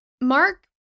Mark